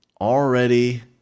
already